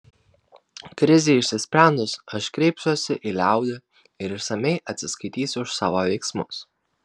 krizei išsisprendus aš kreipsiuosi į liaudį ir išsamiai atsiskaitysiu už savo veiksmus